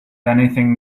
anything